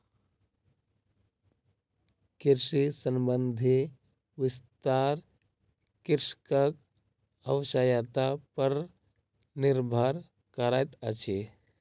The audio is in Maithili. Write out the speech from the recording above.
कृषि संबंधी विस्तार कृषकक आवश्यता पर निर्भर करैतअछि